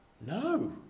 no